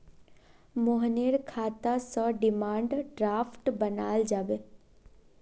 मोहनेर खाता स डिमांड ड्राफ्ट बनाल जाबे